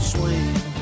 Swing